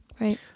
Right